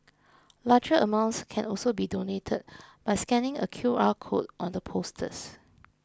larger amounts can also be donated by scanning a Q R code on the posters